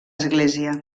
església